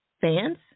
fans